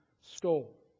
stole